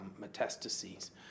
metastases